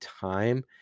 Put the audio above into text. time